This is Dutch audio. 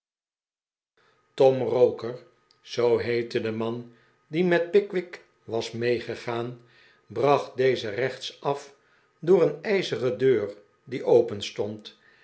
tom roker zoo heette de man die met pickwick was meegegaan bracht dezen rechtsaf door een ijzeren deur die